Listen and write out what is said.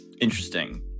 interesting